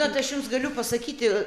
tad aš jums galiu pasakyti